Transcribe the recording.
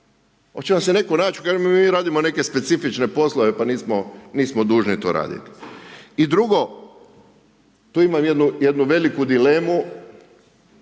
Hoće vam se netko naći i reći mi radimo neke specifične poslove pa nismo dužni to raditi? I drugo, tu imam jednu veliku dilemu